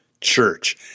church